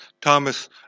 Thomas